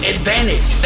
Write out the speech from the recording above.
Advantage